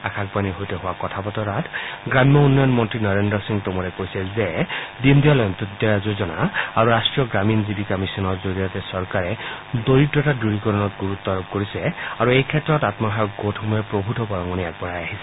আকাশবাণীৰ সৈতে হোৱা কথা বতৰাত গ্ৰাম্য উন্নয়ন মন্ত্ৰী নৰেন্দ্ৰ সিং টোমৰে কৈছে যে দীয়দয়াল অন্ত্যোদয়া যোজনা ৰাষ্টীয় গ্ৰামীণ জীৱিকা মিছনৰ জৰিয়তে চৰকাৰে দৰিদ্ৰতা দূৰীকৰণত গুৰুত্ব আৰোপ কৰিছে আৰু এইক্ষেত্ৰত আমসহায়ক গোটসমূহে প্ৰভৃত বৰঙণি আগবঢ়াই আহিছে